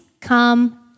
come